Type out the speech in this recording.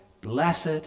blessed